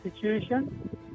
situation